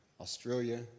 Australia